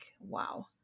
wow